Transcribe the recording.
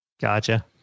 Gotcha